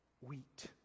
wheat